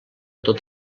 tot